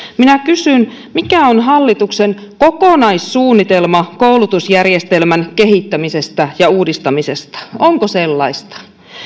minä kysyn mikä on hallituksen kokonaissuunnitelma koulutusjärjestelmän kehittämisestä ja uudistamisesta onko sellaista